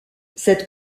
cette